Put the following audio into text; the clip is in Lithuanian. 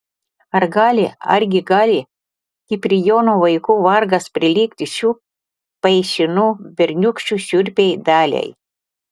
ar gali argi gali kiprijono vaikų vargas prilygti šių paišinų berniūkščių šiurpiai daliai